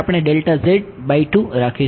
તેથી અહીંથી આપણે આ રાખીશું